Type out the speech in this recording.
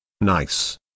Nice